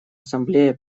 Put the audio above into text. ассамблея